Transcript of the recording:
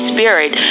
Spirit